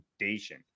foundation